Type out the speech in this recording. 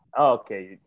okay